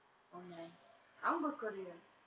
oh nice I want go korea